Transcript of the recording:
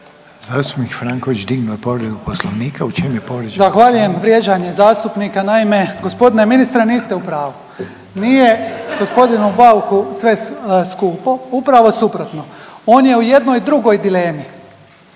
Zastupnik Franković dignuo je povredu poslovnika, u čem je povrijeđen poslovnik? **Franković, Mato (HDZ)** Zahvaljujem. Vrijeđanje zastupnika, naime gospodine ministre niste u pravu. Nije gospodinu Bauku sve skupo upravo suprotno on je u jednoj drugoj dilemi,